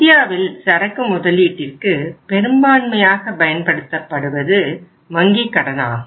இந்தியாவில் சரக்கு முதலீட்டிற்கு பெரும்பான்மையாக பயன்படுத்தப்படுவது வங்கி கடனாகும்